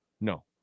No